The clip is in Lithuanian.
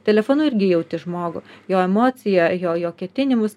telefonu irgi jauti žmogų jo emociją jo jo ketinimus